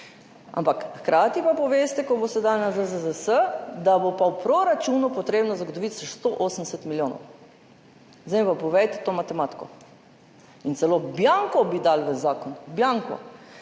Ampak hkrati pa poveste, ko boste dali na ZZZS, da bo pa v proračunu potrebno zagotoviti še 180 milijonov. Zdaj mi pa povejte to matematiko. In celo bianko bi dali v zakon. Bianko.